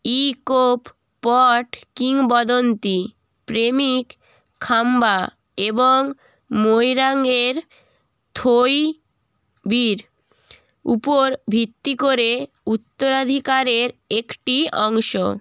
ইকোপ পট কিংবদন্তী প্রেমিক খাম্বা এবং মৈরাঙের থোইবির উপর ভিত্তি করে উত্তরাধিকারের একটি অংশ